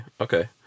okay